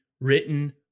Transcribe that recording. written